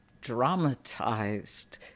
dramatized